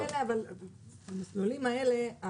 אבל במסלולים האלה,